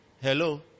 Hello